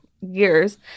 years